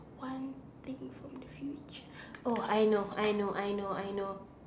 one thing from the future oh I know I know I know I know